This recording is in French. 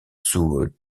sous